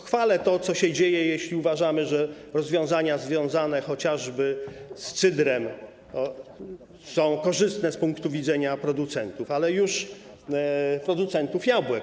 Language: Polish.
Chwalę to, co się dzieje, jeśli uważamy, że rozwiązania związane chociażby z cydrem są korzystne z punktu widzenia producentów, tak naprawdę producentów jabłek.